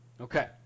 Okay